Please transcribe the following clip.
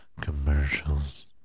commercials